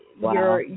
wow